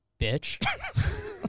bitch